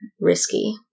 risky